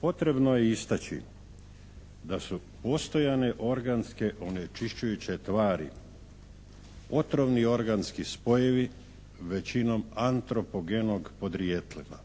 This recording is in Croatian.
Potrebno je istaći da su postojane organske onečišćujuće tvari otrovni organski spojevi većinom antropogenog podrijetlima.